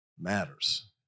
Matters